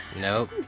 Nope